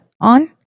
on